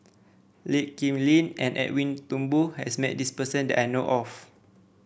Lee Kip Lin and Edwin Thumboo has met this person that I know of